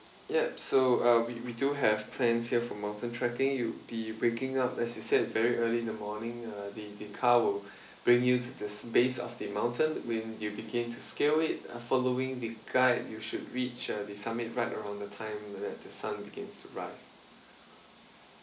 yup so uh we we do have plans here for mountain trekking you be waking up as you said very early in the morning uh the the car will bring you to the base of the mountain when you begin to scale it following the guide you should reach the summit right around the time that the sun begins to rise